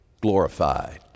glorified